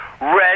red